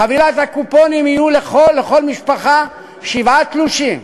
בחבילת הקופונים יהיו לכל משפחה שבעה תלושים,